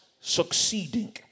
succeeding